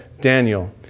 Daniel